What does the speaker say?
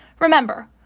Remember